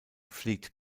fliegt